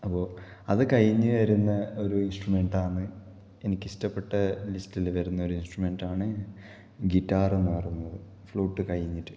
അപ്പോൾ അത് കഴിഞ്ഞ് വരുന്ന ഒരു ഇന്സ്ട്രമെന്റ്റ്റാണ് എനിക്ക് ഇഷ്റ്റപെട്ട ലിസ്റ്റില് വരുന്നൊരു ഇന്സ്ട്രമെൻറ്റാണ് ഗിറ്റാറെന്നു പറയുന്നത് ഫ്ലുട്ട് കഴിഞ്ഞിട്ട്